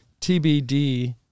TBD